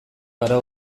gara